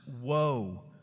woe